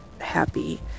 happy